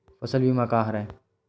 फसल बीमा का हरय?